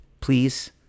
please